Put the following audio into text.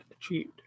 achieved